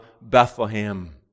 Bethlehem